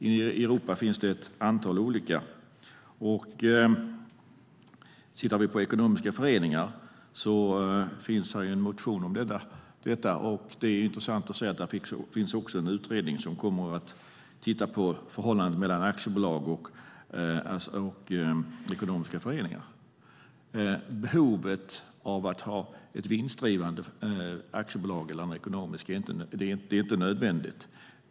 I Europa finns det ett antal olika former. Ekonomiska föreningar finns det en motion om. Det är intressant att se att det också finns en utredning som kommer att titta på förhållandet mellan aktiebolag och ekonomiska föreningar. Att ha ett vinstdrivande aktiebolag är inte nödvändigt.